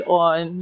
on